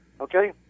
Okay